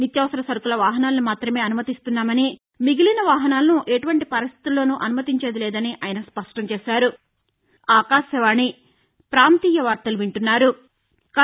నిత్యావసర సరుకుల వాహనాలను మాత్రమే అనుమతిస్తున్నామని మిగిలని వాహనాలను ఎటువంటి పరిస్టితితిలోను అనుమతించేది లేదని ఆయన స్పష్టం చేశారు